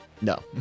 no